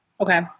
Okay